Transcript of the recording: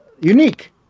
unique